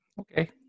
Okay